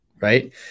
right